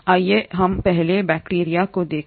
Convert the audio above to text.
आइए हम पहले बैक्टीरिया को देखें